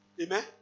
Amen